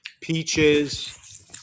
peaches